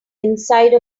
inside